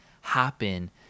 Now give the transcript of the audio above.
happen